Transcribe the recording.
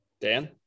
dan